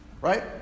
right